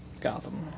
Gotham